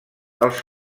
els